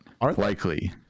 likely